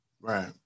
Right